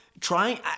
trying